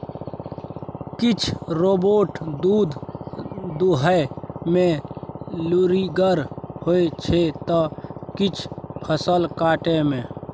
किछ रोबोट दुध दुहय मे लुरिगर होइ छै त किछ फसल काटय मे